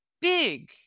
big